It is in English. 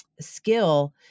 skill